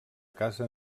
casa